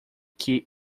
que